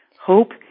Hope